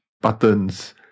buttons